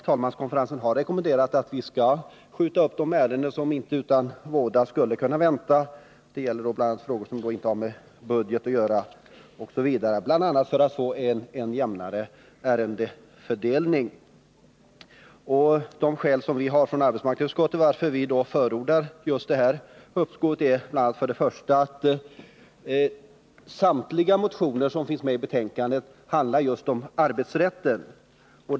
Talmanskonferensen har rekommenderat att vi skall skjuta upp de ärenden som utan våda kan vänta — det gäller då bl.a. frågor som inte har med budgeten att göra — för att få en jämnare ärendefördelning. Arbetsmarknadsutskottets skäl för att förorda ett uppskov med behandlingen av just de i förteckningen i betänkandet uppräknade motionerna är följande. För det första handlar dessa motioner om arbetsrättsliga frågor.